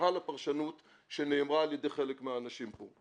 זהה לפרשנות שנאמרה על ידי חלק מהאנשים פה.